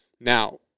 Now